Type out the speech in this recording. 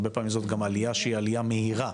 הרבה פעמים זו גם עלייה שהיא עלייה מהירה,